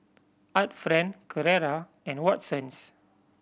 Art Friend Carrera and Watsons